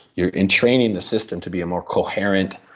you're entraining the system to be a more coherent,